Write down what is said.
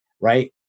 right